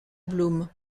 bloom